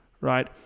right